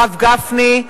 הרב גפני,